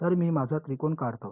तर मी माझा त्रिकोण काढतो